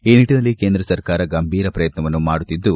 ಈ ನಿಟ್ಟನಲ್ಲಿ ಕೇಂದ್ರ ಸರ್ಕಾರ ಗಂಭೀರ ಶ್ರಯತ್ನವನ್ನು ಮಾಡುತ್ತಿದ್ದು